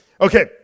Okay